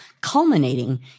culminating